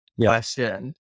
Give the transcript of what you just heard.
question